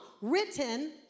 written